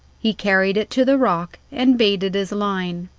he carried it to the rock and baited his line.